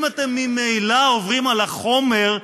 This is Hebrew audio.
אם אתם ממילא עוברים על החומר,